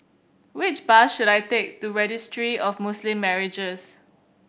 which bus should I take to Registry of Muslim Marriages